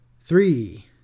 Three